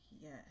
Yes